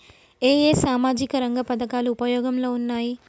ఏ ఏ సామాజిక రంగ పథకాలు ఉపయోగంలో ఉన్నాయి?